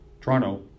Toronto